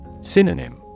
Synonym